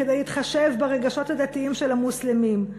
כדי להתחשב ברגשות הדתיים של המוסלמים.